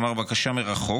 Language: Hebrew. כלומר בקשה מרחוק,